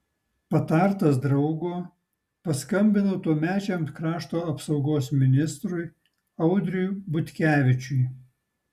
patartas draugo paskambinau tuomečiam krašto apsaugos ministrui audriui butkevičiui